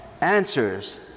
answers